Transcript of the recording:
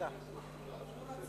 יש תשובת